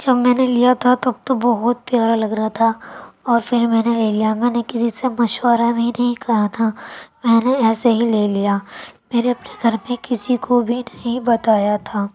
جب میں نے لیا تھا تب تو بہت پیارا لگ رہا تھا اور پھر میں نے لے لیا میں نے کسی سے مشورہ بھی نہیں کرا تھا میں نے ایسے ہی لے لیا میرے اپنے گھر پہ کسی کو بھی نہیں بتایا تھا